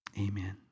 Amen